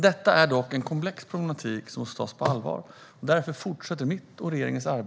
Detta är dock en komplex problematik som måste tas på allvar, och därför fortsätter mitt och regeringens arbete med denna fråga.